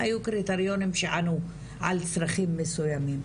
היו קריטריונים שענו על צרכים מסוימים,